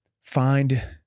find